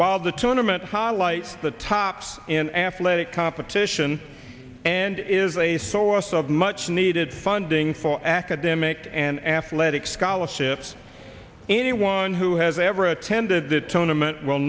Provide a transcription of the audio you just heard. while the tournament highlights the tops in athletic competition and is a source of much needed funding for academic and athletic scholarships anyone who has ever attended the to